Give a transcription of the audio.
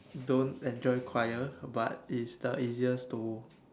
don't enjoy choir but it's the easiest to